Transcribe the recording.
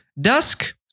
dusk